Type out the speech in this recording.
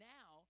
Now